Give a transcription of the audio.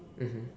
mmhmm